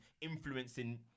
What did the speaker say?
influencing